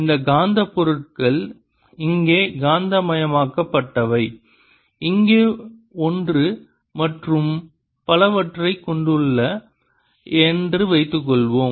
இந்த காந்த பொருட்கள் இங்கே காந்தமாக்கப்பட்டவை இங்கே ஒன்று மற்றும் பலவற்றைக் கொண்டுள்ளன என்று வைத்துக்கொள்வோம்